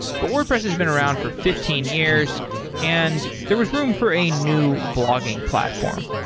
but wordpress has been around for fifteen years and there was room for a new blogging platform.